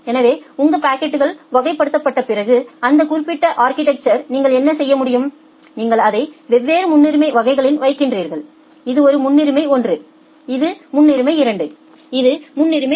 எனவே உங்கள் பாக்கெட்கள் வகைப்படுத்தப்பட்ட பிறகு அந்த குறிப்பிட்ட அா்கிடெக்சா்யில் நீங்கள் என்ன செய்ய முடியும் நீங்கள் அதை வெவ்வேறு முன்னுரிமை வகைகளில் வைக்கிறீர்கள் இது ஒரு முன்னுரிமை 1 இது முன்னுரிமை 2 இது முன்னுரிமை 3